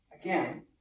Again